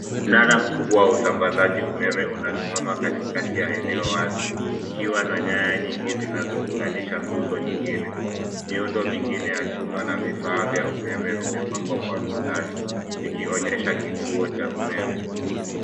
Mnara mkubwa wa usambazaji wa umeme unasimama katikati ya eneo wazi. Ukiwa na nyaya nyingi zinazounganisha nguzo nyingine. Miundo mingine ya chuma na vifaa vya umeme vimepangwa kwa mstari vikionyesha kituo cha umeme.